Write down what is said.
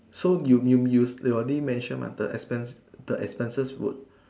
so you you you you already mentioned mah the expanse the expanses would